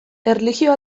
erlijio